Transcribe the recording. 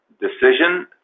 decision